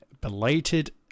belated